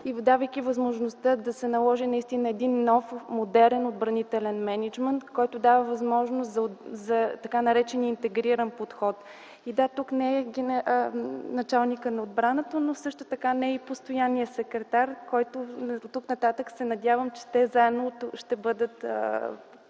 и задавайки възможността да се наложи един нов модерен отбранителен мениджмънт, който дава възможност за така наречения интегриран подход. Да, тук не е началникът на отбраната, но също така не е и постоянният секретар, като се надявам, че оттук нататък те ще бъдат